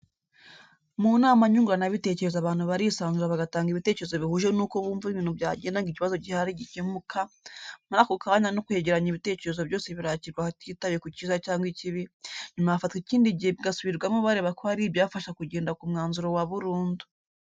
Mu nama nyunguranabitekerezo abantu barisanzura bagatanga ibitekerezo bihuje n'uko bumva ibintu byagenda ngo ikibazo gihari gikemuka, muri ako kanya ko kwegeranya ibitekerezo, byose birakirwa hatitawe ku cyiza cyangwa ikibi, nyuma hafatwa ikindi gihe bigasubirwamo bareba ko hari ibyafasha kugera ku mwanzuro wa burundu.